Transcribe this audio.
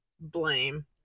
blame